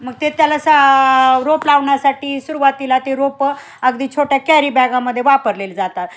मग ते त्याला सा रोप लावण्यासाठी सुरुवातीला ते रोपं अगदी छोट्या कॅरी बॅगामध्ये वापरलेले जातात